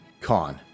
Con